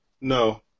no